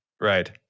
Right